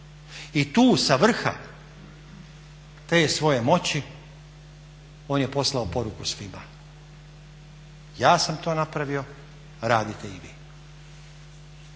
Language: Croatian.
I tu sa vrha te svoje moći on je poslao poruku svima ja sam to napravio radite i vi.